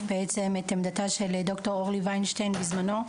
את עמדתה של ד"ר אורלי ויינשטיין בזמנו.